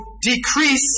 decrease